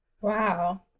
Wow